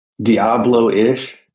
Diablo-ish